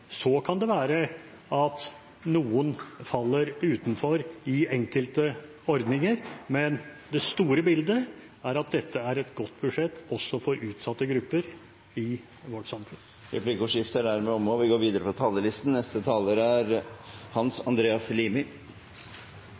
Så kan det være at noen faller utenfor enkelte ordninger, men det store bildet er at dette er et godt budsjett også for utsatte grupper i vårt samfunn. Replikkordskiftet er omme. Lørdag 3. desember, etter lange forhandlinger, ble de fire samarbeidspartiene enige om neste års statsbudsjett. Det er